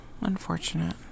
unfortunate